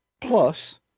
Plus